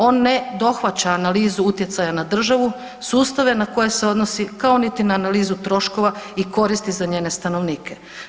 On ne dohvaća analizu utjecaja na državu, sustave na koje se odnosi kao ni na analizu troškova i koristi za njene stanovnike.